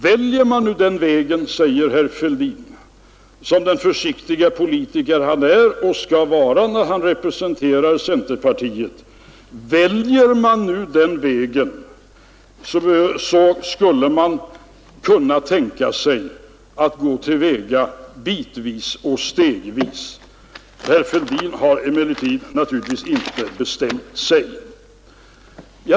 Väljer man den vägen, säger herr Fälldin som den försiktige politiker han är och skall vara när han representerar centerpartiet, så skulle man kunna tänka sig att gå till väga bit för bit och stegvis. Men herr Fälldin har naturligtvis inte bestämt sig.